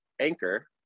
anchor